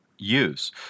use